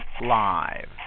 live